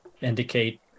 indicate